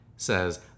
says